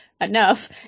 enough